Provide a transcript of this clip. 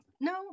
no